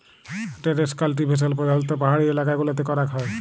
terrace cultivation প্রধালত্ব পাহাড়ি এলাকা গুলতে ক্যরাক হ্যয়